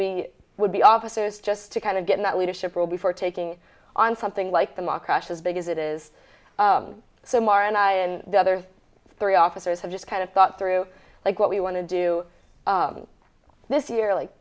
we would be officers just to kind of get that leadership role before taking on something like the mock crash as big as it is some are and i and the other three officers have just kind of thought through like what we want to do this year like